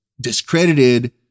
discredited